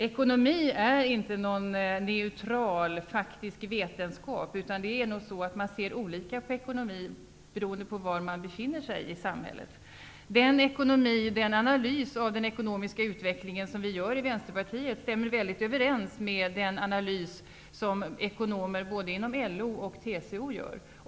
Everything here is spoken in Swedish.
Ekonomi är inte någon neutral faktisk vetenskap, utan man ser nog olika på ekonomi beroende på var i samhällsstrukturen man befinner sig. Den analys av den ekonomiska utvecklingen som vi gör i Vänsterpartiet stämmer väl överens med den analys som ekonomer både inom LO och TCO gör.